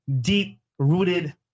deep-rooted